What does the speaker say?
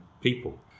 people